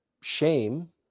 shame